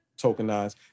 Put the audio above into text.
tokenized